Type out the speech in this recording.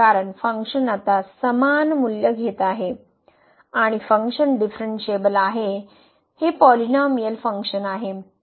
कारण फंक्शन आता समान मूल्य घेत आहे आणि फंक्शन डीफरनशिएबल आहे हे पोलीनौमिअल फंक्शन आहे अडचण नाही आहे